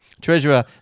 Treasurer